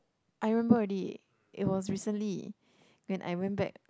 I remember already it was recently when I went back